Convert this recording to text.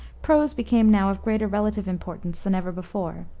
prose became now of greater relative importance than ever before.